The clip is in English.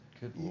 Good